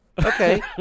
okay